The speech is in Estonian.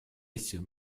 asju